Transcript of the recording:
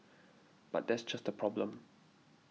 but that's just the problem